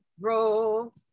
roll